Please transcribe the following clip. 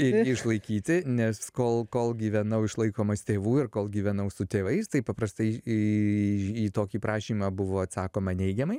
ir jį išlaikyti nes kol kol gyvenau išlaikomas tėvų ir kol gyvenau su tėvais tai paprastai į į į tokį prašymą buvo atsakoma neigiamai